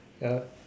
ya